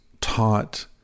taught